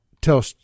tell